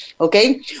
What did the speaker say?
okay